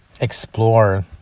explore